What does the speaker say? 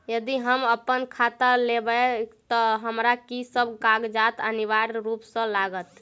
यदि हम अप्पन खाता खोलेबै तऽ हमरा की सब कागजात अनिवार्य रूप सँ लागत?